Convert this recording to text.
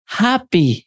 happy